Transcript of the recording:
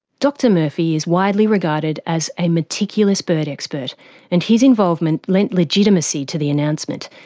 dr murphy is widely regarded as a meticulous bird expert and his involvement lent legitimacy to the announcement,